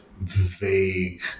vague